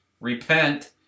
Repent